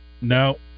No